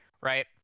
right